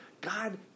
God